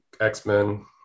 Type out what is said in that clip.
x-men